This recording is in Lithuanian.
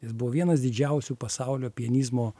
jis buvo vienas didžiausių pasaulio pianizmo